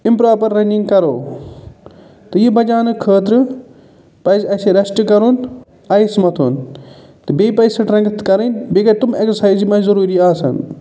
improper running کَرَو تہٕ یہِ بچاونہٕ خٲطرٕ پَزِ اَسہِ ریشٹ کَرُن آیِس مَتھُن تہٕ بیٚیہِ پَزِ سِٹرَنٛگتھ کَرٕنۍ بیٚیہِ گٔے تِم اٮ۪گزَرسایِز یِم اَسہِ ضُروٗری آسان